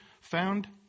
found